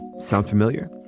sound familiar?